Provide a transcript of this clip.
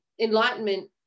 enlightenment